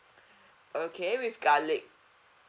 okay with garlic